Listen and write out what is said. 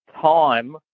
time